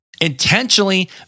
intentionally